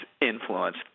influence